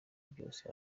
byose